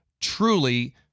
truly